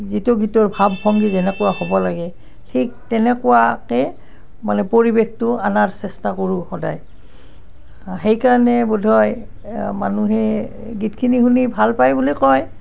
যিটো গীতৰ ভাৱ ভংগী যেনেকুৱা হ'ব লাগে ঠিক তেনেকুৱাকৈ মানে পৰিৱেশটো অনাৰ চেষ্টা কৰোঁ সদায় সেইকাৰণে বোধ হয় মানুহে গীতখিনি শুনি ভাল পায় বুলি কয়